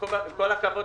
כל הכבוד,